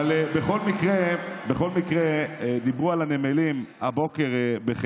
בכל מקרה, הבוקר דיברו על הנמלים בחיפה.